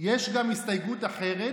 יש גם הסתייגות אחרת,